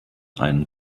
einen